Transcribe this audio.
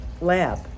lab